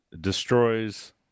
destroys